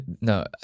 no